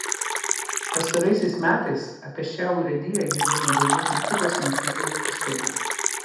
pastaraisiais metais apie šią urėdiją girdime daugiau kritikos nei teigiamų pastabų